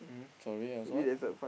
sorry I was what